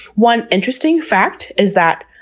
one interesting fact is that,